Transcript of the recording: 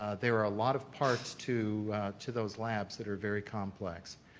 ah there were a lot of parts to to those labs that are very complex.